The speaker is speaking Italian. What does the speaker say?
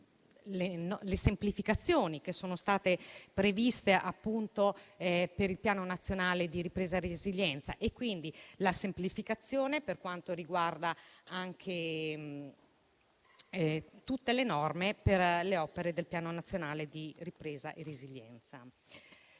le semplificazioni che sono state previste per il Piano nazionale di ripresa e resilienza, quindi la semplificazione per quanto riguarda tutte le norme riferite alle opere del Piano nazionale di ripresa e resilienza.